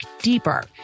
deeper